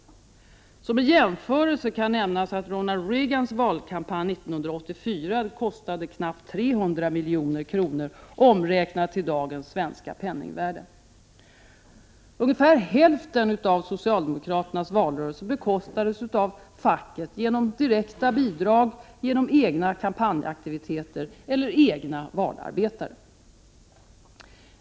Som en jämförelse kan nämnas att Ronald Reagans valkampanj 1984 kostade knappt 300 milj.kr., omräknat till dagens svenska penningvärde. Ungefär hälften av socialdemokraternas valrörelse bekostas av facket, genom direkta bidrag, egna kampanjaktiviteter eller egna valarbetare.